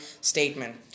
statement